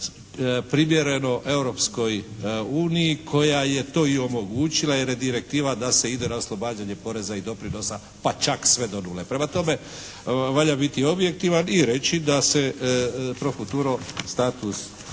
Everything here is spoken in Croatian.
primjereno Europskoj uniji koja je to i omogućila jer je direktiva da se ide na oslobađanje poreza i doprinosa, pa čak sve do nule. Prema tome, valja biti objektivan i reći da se pro futuro status